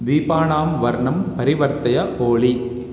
दीपानां वर्णं परिवर्तय ओळि